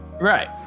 right